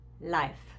life